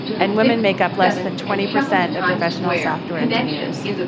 and women make up less than twenty percent of professional software engineers.